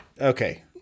okay